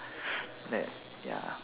that ya